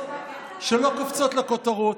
שלא קופצות לכותרות.